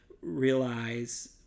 realize